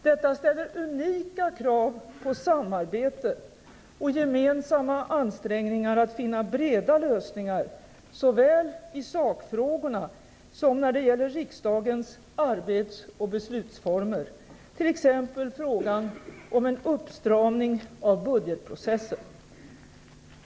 Detta ställer unika krav på samarbete och gemensamma ansträngningar att finna breda lösningar såväl i sakfrågorna som när det gäller riksdagens arbets och beslutsformer, t.ex. frågan om en uppstramning av budgetprocessen.